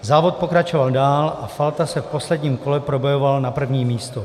Závod pokračoval dál a Falta se v posledním kole probojoval na první místo.